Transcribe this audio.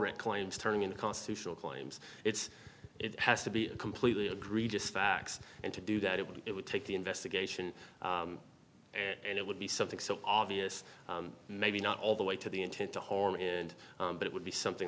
current claims turning into constitutional claims it's it has to be completely agree just facts and to do that it would it would take the investigation and it would be something so obvious maybe not all the way to the intent to harm and it would be something